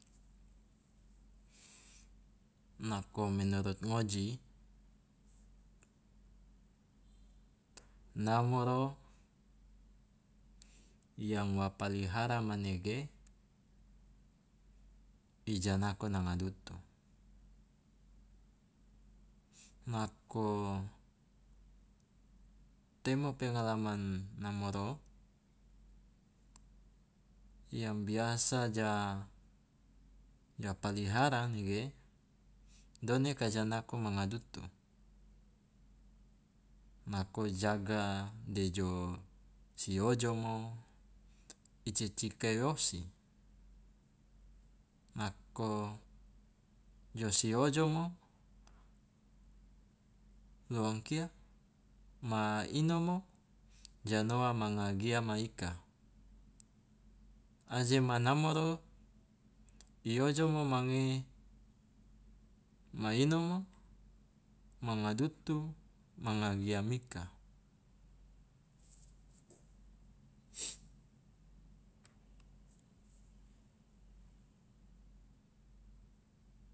Nako menurut ngoji, namoro yang wa palihara manege i ja nako nanga dutu. Nako temo pengalaman namoro yang biasa ja ja palihara nege done ka ja nako manga dutu? Nako jaga de jo si ojomo i ceceka osi nako jo si ojomo lo angkia ma inomo ja noa manga giama ika. Aje ma namoro i ojomo ma ngi ma inomo manga dutu manga giamika.